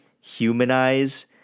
humanize